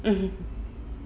mmhmm